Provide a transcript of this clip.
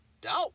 doubt